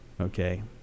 okay